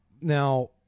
Now